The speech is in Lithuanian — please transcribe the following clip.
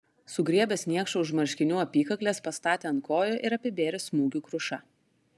sugriebęs niekšą už marškinių apykaklės pastatė ant kojų ir apibėrė smūgių kruša